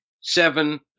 seven